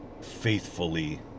faithfully